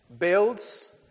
Builds